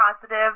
positive